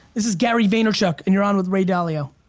this is gary vaynerchuk and you're on with ray dalio.